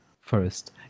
first